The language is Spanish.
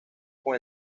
con